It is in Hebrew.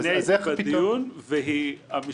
ואני הייתי בדיון,